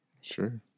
Sure